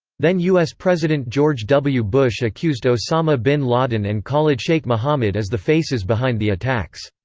then us president george w. bush accused osama bin laden and khalid sheikh mohammed as the faces behind the attacks.